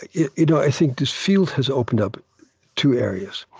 yeah you know i think this field has opened up two areas.